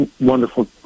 wonderful